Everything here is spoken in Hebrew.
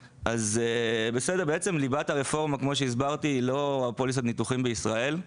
ליבת הרפורמה כמו שהסברתי היא לא פוליסת ניתוחים בישראל,